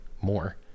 more